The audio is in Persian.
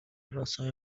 راستای